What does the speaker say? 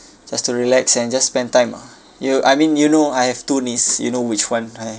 just to relax and just spend time ah you I mean you know I have two niece you know which one right